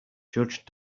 judge